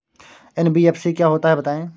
NBFC क्या होता है बताएँ?